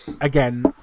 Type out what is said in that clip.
again